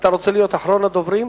אתה רוצה להיות אחרון הדוברים?